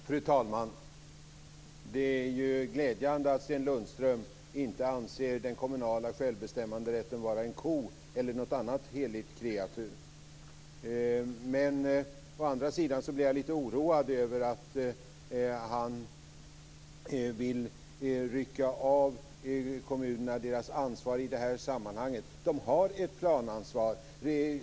Fru talman! Det är glädjande att Sten Lundström inte anser den kommunala självbestämmanderätten vara en ko eller något annat heligt kreatur. Å andra sidan blir jag lite oroad över att han vill rycka av kommunerna deras ansvar i det här sammanhanget. De har ett planansvar.